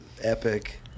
epic